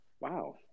Wow